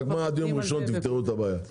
רק מה תפתרו את הבעיה עד יום ראשון.